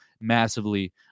massively